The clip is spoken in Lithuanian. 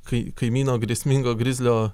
kai kaimyno grėsmingo grizlio